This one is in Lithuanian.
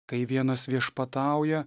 kai vienas viešpatauja